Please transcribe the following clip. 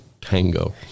Tango